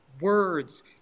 words